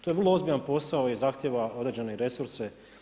To je vrlo ozbiljan posao i zahtjeva određene resurse.